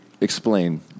explain